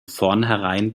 vornherein